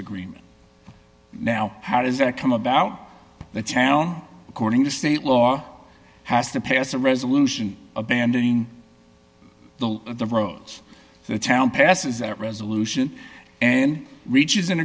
agreement now how does that come about that town according to state law has to pass a resolution abandoning the roads the town passes that resolution and reaches